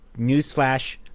newsflash